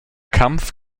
kampf